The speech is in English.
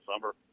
summer